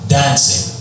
dancing